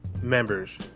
members